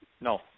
no